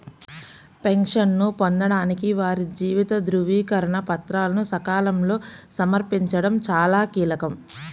పెన్షన్ను పొందడానికి వారి జీవిత ధృవీకరణ పత్రాలను సకాలంలో సమర్పించడం చాలా కీలకం